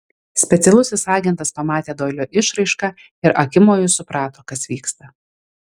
specialusis agentas pamatė doilio išraišką ir akimoju suprato kas vyksta